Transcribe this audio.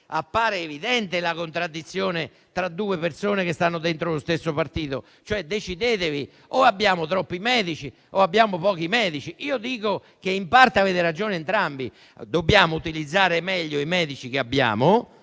Appare evidente però la contraddizione tra due persone che stanno dentro lo stesso partito. Decidetevi: o abbiamo troppi medici o abbiamo pochi medici. Io dico che, in parte, avete ragione entrambi; dobbiamo utilizzare e pagare meglio i medici che abbiamo,